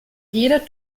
jeder